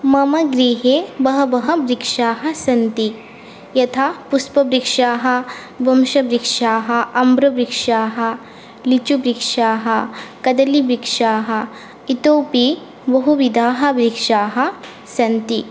मम गृहे बहवः वृक्षाः सन्ति यथा पुष्पवृक्षाः वंशवृक्षाः आम्रवृक्षाः लिचुवृक्षाः कदलीवृक्षाः इतोपि बहुविधाः वृक्षाः सन्ति